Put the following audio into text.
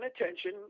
attention